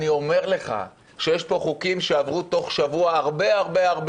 אני אומר לך שיש פה חוקים הרבה הרבה